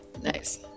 nice